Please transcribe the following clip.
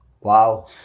Wow